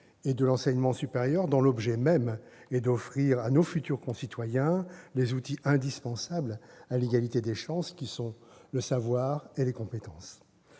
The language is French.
de l'enseignement supérieur, dont l'objet même est d'offrir à nos futurs concitoyens les outils indispensables à l'égalité des chances que sont le savoir et les compétences.